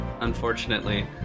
Unfortunately